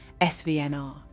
SVNR